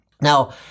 Now